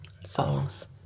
songs